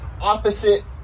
opposite